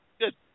Good